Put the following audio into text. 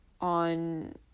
on